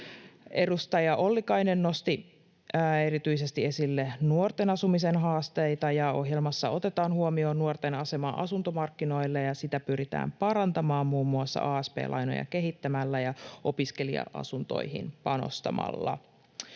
Edustaja Ollikainen nosti erityisesti esille nuorten asumisen haasteita, ja ohjelmassa otetaan huomioon nuorten asema asuntomarkkinoilla, ja sitä pyritään parantamaan muun muassa asp-lainoja kehittämällä ja opiskelija-asuntoihin panostamalla.